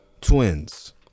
twins